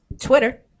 Twitter